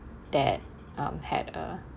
dad um had a